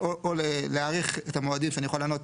או להאריך את המועדים שאני יכול לענות